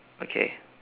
okay